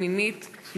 הצעת החוק המובאת לפניכם